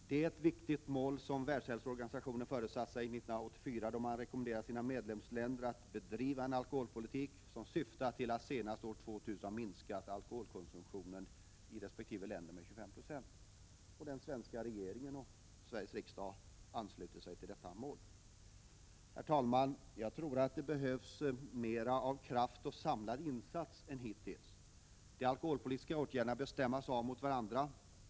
Det är ett viktigt mål som Världshälsoorganisationen ställde upp 1984, då man rekommenderade sina medlemsländer att bedriva en alkoholpolitik som syftar till att senast år 2000 ha minskat alkoholkonsumtionen i resp. länder med 25 70. Den svenska regeringen och Sveriges riksdag har också anslutit sig till detta mål. Herr talman! Jag tror att det behövs mera av kraft och samlad insats än hittills. De alkoholpolitiska åtgärderna bör stämmas av mot varandra.